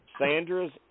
Sandra's